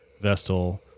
vestal